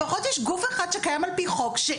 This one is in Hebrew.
לפחות יש גוף אחד שקיים על פי חוק.